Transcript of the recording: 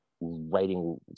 writing